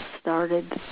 started